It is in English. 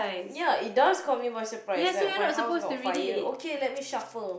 ya it does caught me by surprise like my house got fire okay let me shuffle